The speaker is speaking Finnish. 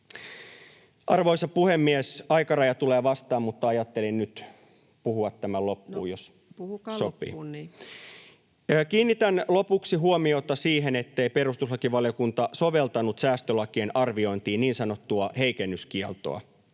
Arvoisa puhemies! Aikaraja tulee vastaan, mutta ajattelin nyt puhua tämän loppuun, jos sopii. Kiinnitän lopuksi huomiota siihen, ettei perustuslakivaliokunta soveltanut säästölakien arviointiin niin sanottua heikennyskieltoa,